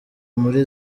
muri